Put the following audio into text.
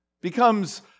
becomes